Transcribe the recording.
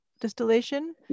distillation